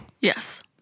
Yes